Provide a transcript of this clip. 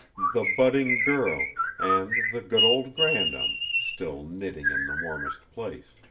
the budding girl, and the good old grandam, still knitting in the warmest place.